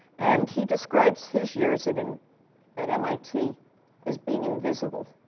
and he describes his years at and and mit as being invisible.